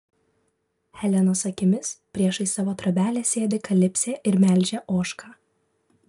helenos akimis priešais savo trobelę sėdi kalipsė ir melžia ožką